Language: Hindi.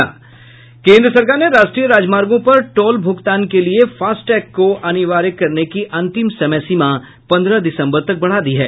केन्द्र सरकार ने राष्ट्रीय राजमार्गों पर टोल भुगतान के लिए फास्ट टैग को अनिवार्य करने की अंतिम समय सीमा पन्द्रह दिसम्बर तक बढ़ा दी है